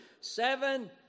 seven